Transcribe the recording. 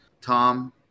Tom